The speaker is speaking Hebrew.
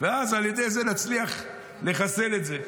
ואז על ידי זה נצליח לחסל את זה.